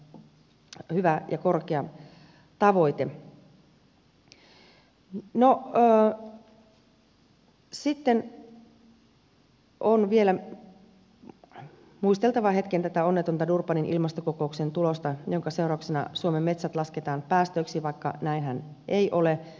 no sitten on vielä muisteltava hetken tätä onnetonta durbanin ilmastokokouksen tulosta jonka seurauksena suomen metsät lasketaan päästöiksi vaikka näinhän ei ole